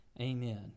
Amen